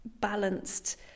balanced